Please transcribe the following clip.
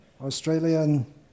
Australian